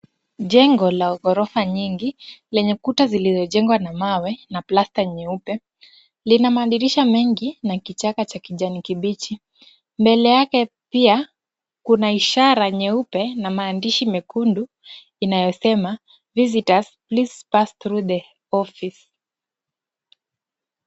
Jengo la ghorofa nyingi lenye kuta zilizojengwa na mawe na plasta nyeupe lina madirisha mengi na kichaka cha kijani kibichi. Mbele yake pia kuna ishara nyeupe na maandishi mekundu inayosema visitors please pass through the office .